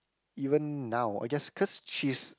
even now I guess cause she's